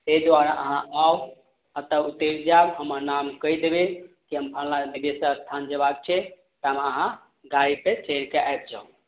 तहि दुआरे अहाँ आउ अतऽ उतरि जाएब हमर नाम कहि देबै कि हम फल्लाँ बिदेश्वर स्थान जयबाक छै तामे अहाँ गाड़ी पे चढ़ि कऽ आबि जाउ